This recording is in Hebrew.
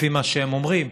לפי מה שהם אומרים,